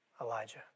Elijah